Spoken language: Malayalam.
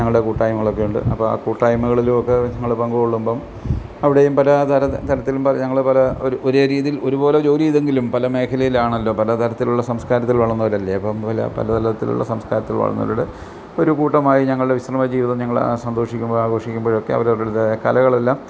ഞങ്ങളുടെ കൂട്ടായ്മകളൊക്കെയുണ്ട് അപ്പം ആ കൂട്ടായ്മകളിലൊക്കെ ഞങ്ങള് പങ്ക് കൊള്ളുമ്പോൾ അവിടെയും പല തര തരത്തിലും ഞങ്ങള് പല ഒരേ രീതിയിൽ ഒരുപോലെ ജോലി ചെയ്തെങ്കിലും പല മേഖലയിലാണല്ലോ പല തരത്തിലുള്ള സംസ്കാരത്തിൽ വളർന്നവരല്ലേ അപ്പം പല പല തരത്തിലുള്ള സംസ്കാരത്തിൽ വളർന്നവരുടെ ഒരു കൂട്ടമായി ഞങ്ങളുടെ വിശ്രമജീവിതം ഞങ്ങൾ സന്തോഷിക്കുമ്പോ ആഘോഷിക്കുമ്പോഴൊക്കെ അവരവരുടെ കലകളെല്ലാം